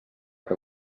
que